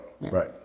right